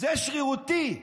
זה שרירותי,